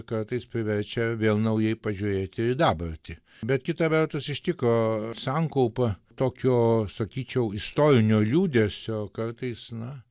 kartais priverčia vėl naujai pažiūrėti į dabartį bet kita vertus iš tikro sankaupa tokio sakyčiau istorinio liūdesio kartais na